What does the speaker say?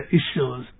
issues